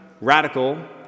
radical